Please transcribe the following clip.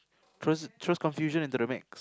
throws confusion into the max